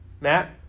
Matt